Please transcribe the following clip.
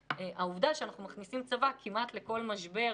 העובדה שאנחנו מכניסים צבא כמעט לכל משבר